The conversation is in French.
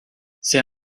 c’est